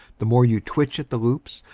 the more you twitch at the loops,